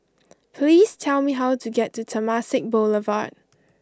please tell me how to get to Temasek Boulevard